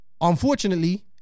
unfortunately